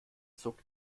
zog